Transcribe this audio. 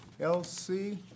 lc